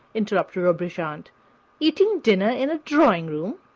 interrupted rochebriant eating dinner in a drawing-room?